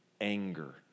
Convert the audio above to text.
anger